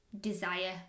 desire